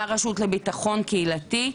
ברשות לביטחון קהילתי.